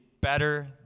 better